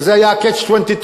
כי זה היה "מלכוד 22":